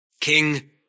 King